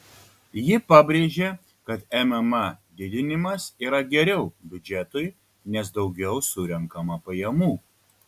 ji pabrėžė kad mma didinimas yra geriau biudžetui nes daugiau surenkama pajamų